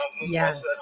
Yes